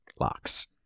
locks